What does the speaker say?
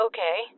Okay